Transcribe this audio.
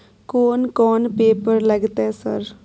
कोन कौन पेपर लगतै सर?